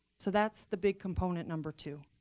so that's the big component number two.